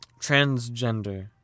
Transgender